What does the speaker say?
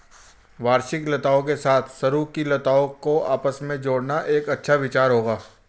वार्षिक लताओं के साथ सरू की लताओं को आपस में जोड़ना एक अच्छा विचार होगा